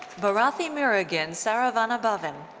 barathimurugan saravanabhavan.